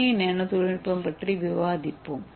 ஏ nano தொழில்நுட்பம் பற்றி விவாதிப்போம்